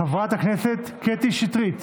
חברת הכנסת קטי שטרית,